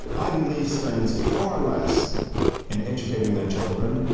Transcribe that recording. ivy leaf spends far less in educating their children,